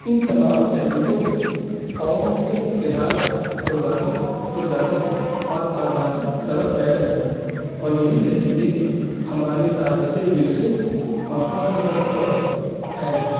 ان تمام تحریکوں نے قوم میں اتحاد قربانی خداری اور آزادی کی تڑپ پیدا کی اور یہی تحریکیں ہمارے تاریخی ورثے اور فخر کا سبب ہیں